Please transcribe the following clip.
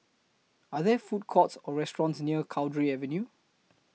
Are There Food Courts Or restaurants near Cowdray Avenue